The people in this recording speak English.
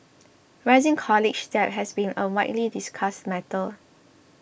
rising college debt has been a widely discussed matter